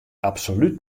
absolút